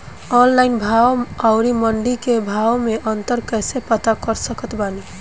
Online भाव आउर मंडी के भाव मे अंतर कैसे पता कर सकत बानी?